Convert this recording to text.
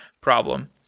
problem